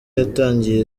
yatangiye